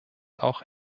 auch